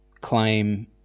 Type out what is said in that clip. claim